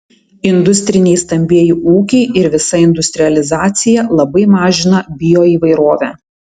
industriniai stambieji ūkiai ir visa industrializacija labai mažina bioįvairovę